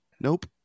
nope